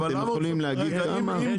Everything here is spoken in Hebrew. אתם יכולים להגיד כמה?